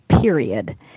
period